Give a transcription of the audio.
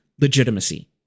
legitimacy